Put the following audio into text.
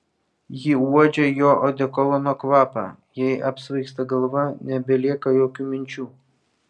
ji uodžia jo odekolono kvapą jai apsvaigsta galva nebelieka jokių minčių